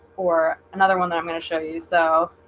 or another one that i'm going to show you so